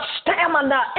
stamina